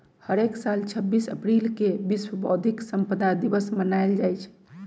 हरेक साल छब्बीस अप्रिल के विश्व बौधिक संपदा दिवस मनाएल जाई छई